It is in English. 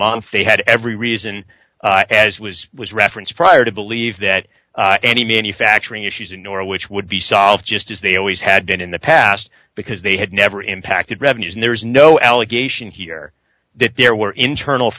month they had every reason as was was referenced prior to believe that any manufacturing issues in norwich would be solved just as they always had been in the past because they had never impacted revenues and there was no allegation here that there were internal